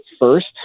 first